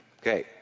Okay